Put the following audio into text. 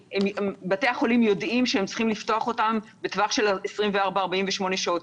בתי החולים יודעים שהם צריכים לפתוח אותן בטווח של 48-24 שעות,